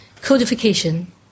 codification